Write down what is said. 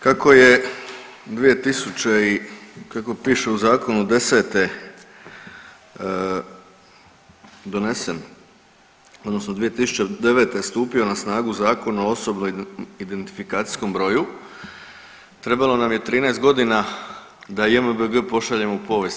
Kako je 2000. i kako pište u zakonu '10. donesen odnosno 2009. je stupio na snagu Zakon o osobnom identifikacijskom broju trebalo nam je 13 godina da JMBG pošaljemo u povijest.